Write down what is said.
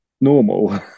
normal